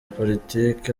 politiki